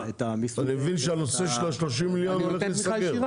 אני מבין שהנושא של ה-30 מיליון הולך להיסגר.